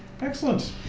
Excellent